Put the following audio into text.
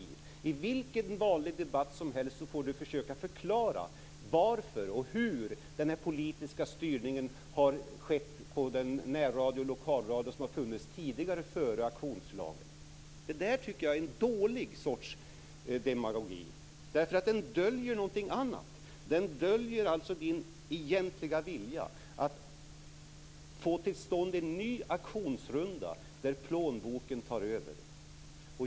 Som i vilken vanlig debatt som helst, får Ola Karlsson försöka förklara varför och hur den här politiska styrningen har skett på den närradio och lokalradio som har funnits tidigare, före auktionslagen. Jag tycker att detta är en dålig demagogi. Den döljer någonting annat. Den döljer Ola Karlssons egentliga vilja att få till stånd en ny auktionsrunda där plånboken tar över.